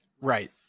right